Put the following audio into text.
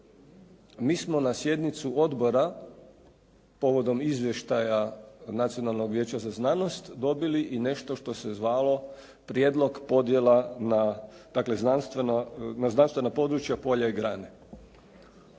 Mi smo na sjednicu odbora povodom izvještaja Nacionalnog vijeća za znanost dobili i nešto što se zvalo Prijedlog podjela, dakle na znanstvena područja, polja i grane.